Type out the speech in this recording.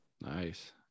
nice